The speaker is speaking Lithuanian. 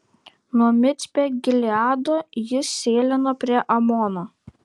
nuo micpe gileado jis sėlino prie amono